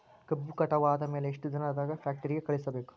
ಕಬ್ಬು ಕಟಾವ ಆದ ಮ್ಯಾಲೆ ಎಷ್ಟು ದಿನದಾಗ ಫ್ಯಾಕ್ಟರಿ ಕಳುಹಿಸಬೇಕು?